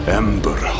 ember